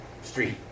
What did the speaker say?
street